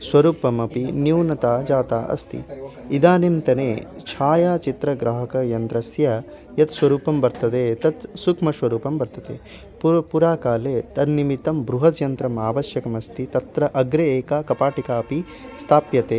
स्वरूपमपि न्यूनता जाता अस्ति इदानींतने छायाचित्रग्राहकयन्त्रस्य यत् स्वरूपं वर्तते तत् सूक्ष्मस्वरूपं वर्तते पुरा पुरातनकाले तन्निमित्तं बृहत् यन्त्रम् आवश्यकमस्ति तत्र अग्रे एका कपाटिका अपि स्थाप्यते